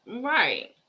right